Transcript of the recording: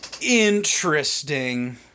Interesting